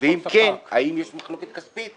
ואם כן, האם יש מחלוקת כספית?